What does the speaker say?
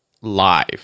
live